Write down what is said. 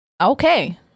Okay